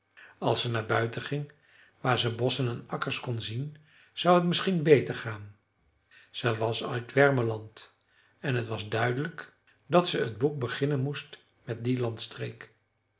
als ze naar buiten ging waar ze bosschen en akkers kon zien zou t misschien beter gaan ze was uit wermeland en het was duidelijk dat ze t boek beginnen moest met